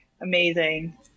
amazing